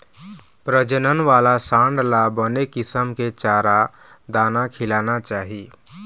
प्रजनन वाला सांड ल बने किसम के चारा, दाना खिलाना चाही